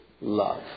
love